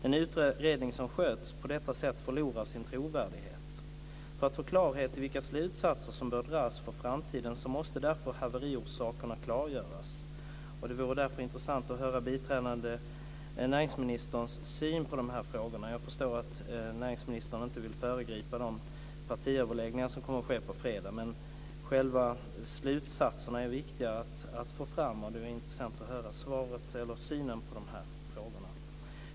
En utredning som sköts på detta sätt förlorar sin trovärdighet. För att få klarhet i vilka slutsatser som bör dras för framtiden måste därför haveriorsakerna klargöras, och det vore därför intressant att höra biträdande näringsministerns syn på de här frågorna. Jag förstår att näringsministern inte vill föregripa de partiöverläggningar som kommer att ske på fredag, men själva slutsatserna är viktiga att få fram. Det vore intressant att höra synen på de här frågorna.